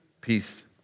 Peace